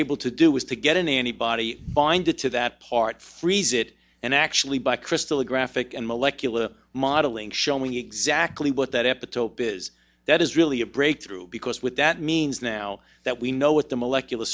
able to do was to get an antibody binds it to that part freeze it and actually by crystal a graphic and molecular modeling showing exactly what that epitope is that is really a breakthrough because with that means now that we know what the molecular